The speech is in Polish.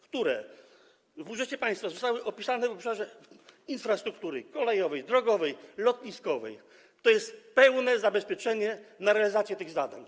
które w budżecie państwa zostały opisane w obszarze infrastruktury kolejowej, drogowej, lotniskowej, to jest pełne zabezpieczenie realizacji tych zadań.